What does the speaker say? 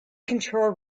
control